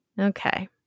Okay